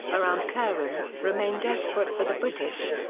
around kurram, remained desperate for the british.